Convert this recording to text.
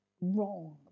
wrong